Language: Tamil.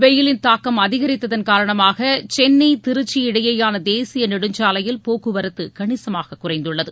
வெய்யிலின் தாக்கம் அதிகரித்ததன் காரணமாக சென்னை திருச்சி இடையேயான தேசிய நெடுஞ்சாலையில் போக்குவரத்து கணிசமாக குறைந்துள்ளது